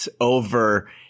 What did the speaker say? over